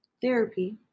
therapy